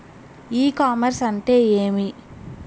ఇ commerce అంటే ఏమి?